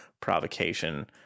provocation